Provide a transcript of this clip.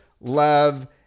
Love